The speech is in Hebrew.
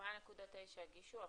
4.9% הגישו.